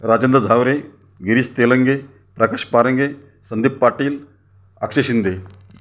Rajendra Zaware Girish Telange Prakash Parange Sandeep Patil Akshay Shinde